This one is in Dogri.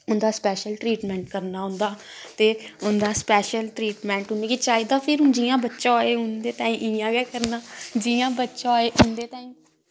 उं'दा स्पैशल ट्रीटमैंट करना उं'दा ते उं'दा स्पैशल ट्रीटमैंट उ'नेंगी चाही दा फिर हुन जियां बच्चा होए उं'दे तांई इयां गै करना जियां बच्चा होए उं'दे तांई